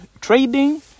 trading